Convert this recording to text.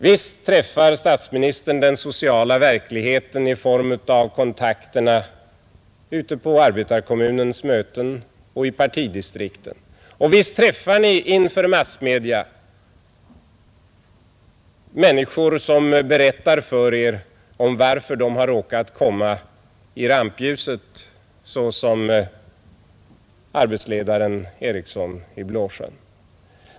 Visst möter statsministern den sociala verkligheten i form av kontakter ute i arbetarkommunerna och partidistrikten, och visst träffar Ni, herr Palme, inför massmedia människor som berättar för Er om varför de har råkat komma i rampljuset, som t.ex. arbetsledaren Eriksson i Blåsjön.